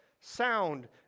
sound